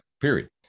period